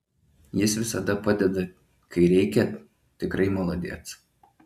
jis visada padeda kai reikia tikrai maladėc